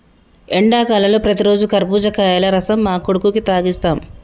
ఎండాకాలంలో ప్రతిరోజు కర్బుజకాయల రసం మా కొడుకుకి తాగిస్తాం